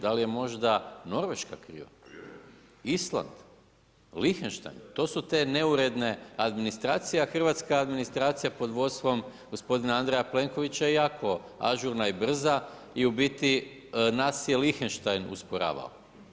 Da li je možda Norveška kriva, Island, Lihtenštajn, to su te neuredne administracije, a hrvatska administracija, pod vodstvom gospodina Andreja Plenkovića je jako ažurna i brza i u biti naš je Lichtenstein usporavao.